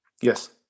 Yes